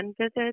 visits